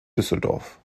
düsseldorf